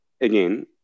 again